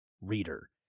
reader